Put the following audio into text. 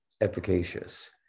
efficacious